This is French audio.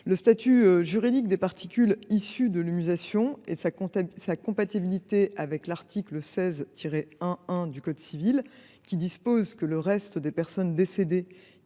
Le statut juridique des particules issues de l’humusation, et sa compatibilité avec l’article 16 1 1 du code civil –« les restes des personnes décédées,